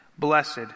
Blessed